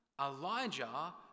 Elijah